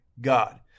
God